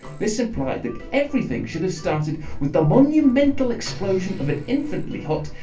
this implied that everything should have started with the monumental explosion of an infinitely hot,